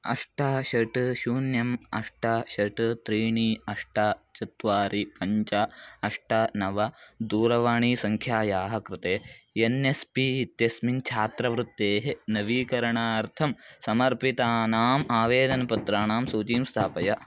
अष्ट षट् शून्यम् अष्ट षट् त्रीणि अष्ट चत्वारि पञ्च अष्ट नव दूरवाणीसङ्ख्यायाः कृते एन् एस् पी इत्यस्मिन् छात्रवृत्तेः नवीकरणार्थं समर्पितानाम् आवेदनपत्राणां सूचिं स्थापय